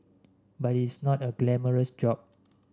but it is not a glamorous job